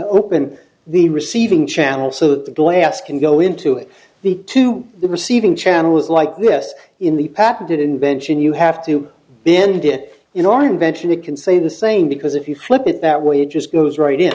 open the receiving channel so that the glass can go into the to the receiving channel is like this in the patented invention you have to bend it in our invention we can say the same because if you flip it that way it just goes right in